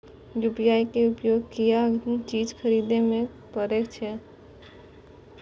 UPI के उपयोग किया चीज खातिर करें परे छे?